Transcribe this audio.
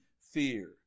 fear